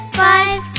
five